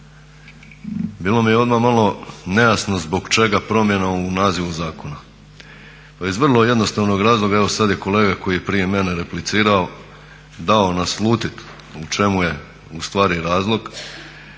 Bilo mi je odmah malo nejasno zbog čega promjena u nazivu zakona. Pa iz vrlo jednostavnog razloga, evo sad je kolega koje je prije mene replicirao dao naslutit u čemu je ustvari razlog,